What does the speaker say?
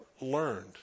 learned